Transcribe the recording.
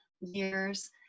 years